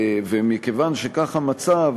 ומכיוון שכך המצב,